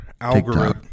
algorithm